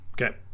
Okay